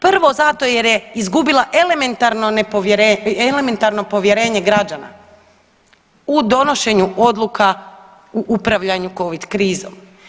Prvo zato jer je izgubila elementarno povjerenje građana u donošenje odluka u upravljanju covid krizom.